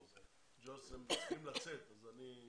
גו'ש, הם צריכים לצאת אז...